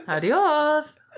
Adios